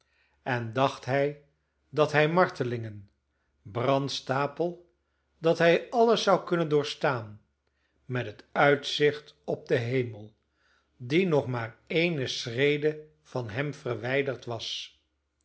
en dacht hij dat hij martelingen brandstapel dat hij alles zou kunnen doorstaan met het uitzicht op den hemel die nog maar ééne schrede van hem verwijderd was